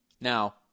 Now